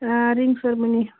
آ رنٛگ سٔرمٕنی